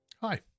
Hi